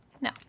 No